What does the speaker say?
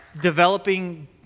developing